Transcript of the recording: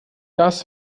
das